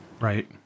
Right